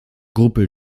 gruppe